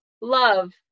Love